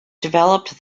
developed